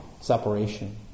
Separation